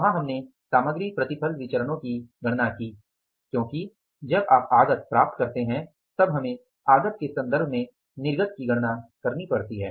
वहां हमने सामग्री प्रतिफल विचरणो की गणना की क्योंकि जब हम आगत प्राप्त करते हैं तब हमें आगत के संदर्भ में निर्गत की गणना करनी पड़ती है